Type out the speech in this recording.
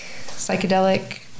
psychedelic